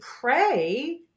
pray